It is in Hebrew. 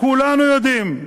כולנו יודעים,